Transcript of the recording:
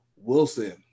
Wilson